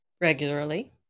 regularly